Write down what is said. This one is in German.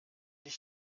ich